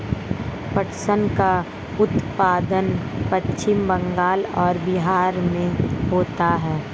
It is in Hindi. पटसन का उत्पादन पश्चिम बंगाल और बिहार में होता है